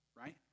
right